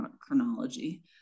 chronology